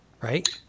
right